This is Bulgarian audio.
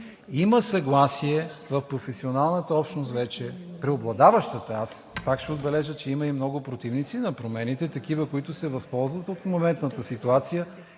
Има съгласие в професионалната общност вече, преобладаващата, аз пак ще отбележа, че има и много противници на промените, такива, които се възползват от моментната ситуация